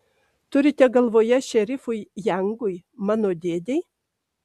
turite galvoje šerifui jangui mano dėdei